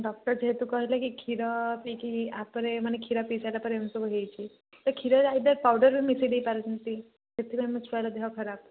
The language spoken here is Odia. ଡକ୍ଟର ଯେହେତୁ କହିଲେ କି କ୍ଷୀର ପିଇକି ହିଁ ଆପରେ ମାନେ କ୍ଷୀର ପିଇସାରିଲାପରେ ଏମିତି ସବୁ ହେଇଛି ତ କ୍ଷୀରରେ ଆଇଦର ପାଉଡ଼ର ମିଶାଇ ଦେଇପାରନ୍ତି ସେଥିପାଇଁ ମୋ ଛୁଆର ଦେହଖରାପ